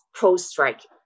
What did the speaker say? post-strike